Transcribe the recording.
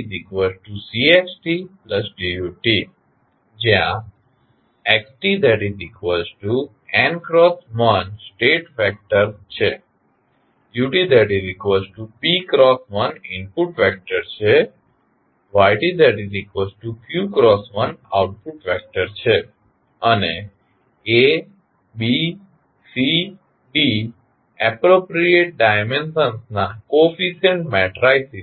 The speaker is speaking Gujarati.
ytCxtDut જ્યાં xtn×1 સ્ટેટ વેક્ટર statevector utp×1ઇનપુટ વેકટર inputvector ytq×1આઉટપુટ વેક્ટર outputvector અને ABCD એપ્રોપ્રીએટ ચોક્ક્સ ડાઇમેન્સંસ ના કોફીસીયન્ટ મેટ્રીક્સ છે